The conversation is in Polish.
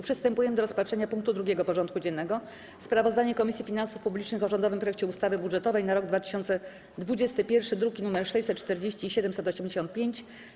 Przystępujemy do rozpatrzenia punktu 2. porządku dziennego: Sprawozdanie Komisji Finansów Publicznych o rządowym projekcie ustawy budżetowej na rok 2021 (druki nr 640 i 785)